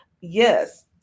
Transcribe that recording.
Yes